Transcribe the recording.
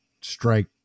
strike